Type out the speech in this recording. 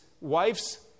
wife's